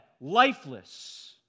lifeless